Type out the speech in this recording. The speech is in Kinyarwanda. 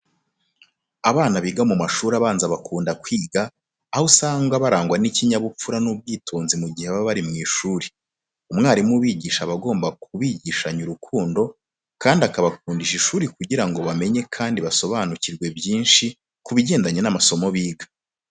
Abana biga mu mashuri abanza bakunda kwiga, aho usanga barangwa n'ikinyabupfura n'ubwitonzi mu gihe baba bari mu ishuri. Umwarimu ubigisha aba agomba kubigishanya urukundo kandi akabakundisha ishuri kugira ngo bamenye kandi basobanukirwe byinshi ku bigendanye n'amasomo biga.